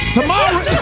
Tomorrow